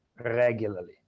regularly